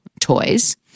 toys